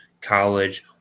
college